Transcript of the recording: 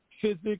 Physics